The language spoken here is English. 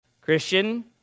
Christian